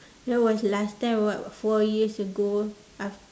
that was last time what four years ago aft~